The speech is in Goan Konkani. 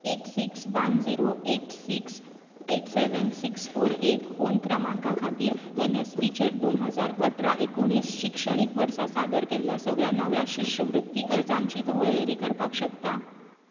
eight six one zero eight six eight seven six four eight phone क्रमांका खातीर एनएसपीचेर दोन हजार अठरा एकुणीस शिक्षणीक वर्सा सादर केल्ल्या सगळ्या नव्या शिश्यवृत्ती अर्जांची तूं वळेरी करपाक शकता